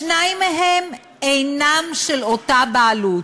שניים מהם שאינם של אותה בעלות.